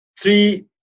Three